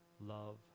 love